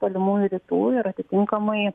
tolimųjų rytų ir atitinkamai